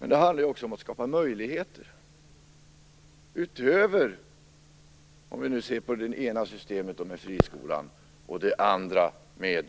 Men det handlar om att skapa möjligheter utöver de båda systemen, det ena systemet med friskolor och det andra med